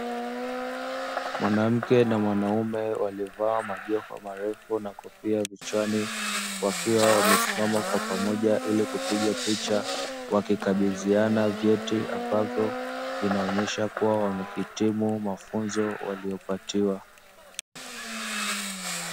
Mwanamke na mwanaume waliovaa majoho marefu na kofia vichwani, wakiwa wamesimama kwa pamoja ili kupiga picha, wakikabidhiana vyeti ambavyo vinaonyesha kua wamehitimu mafunzo waliyopatiwa